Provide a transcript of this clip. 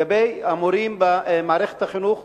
לגבי המורים הדרוזים במערכת החינוך,